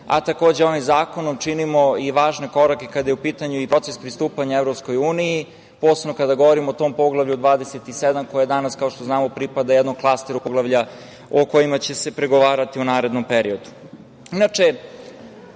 Takođe, ovim zakonom činimo i važne korake kada je u pitanju i proces pristupanja EU, posebno kada govorimo o tom Poglavlju 27. koje danas, kao što znamo, pripada jednom klasteru poglavlja o kojima će se pregovarati u narednom periodu. Inače,